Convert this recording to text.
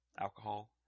alcohol